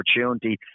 opportunity